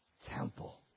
temple